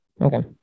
Okay